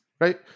Right